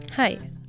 Hi